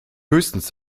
höchstens